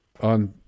on